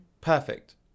Perfect